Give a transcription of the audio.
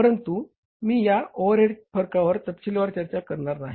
परंतु मी या ओव्हरहेडच्या फरकांवर तपशीलवार चर्चा करणार नाही